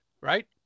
Right